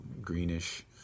greenish